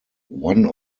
one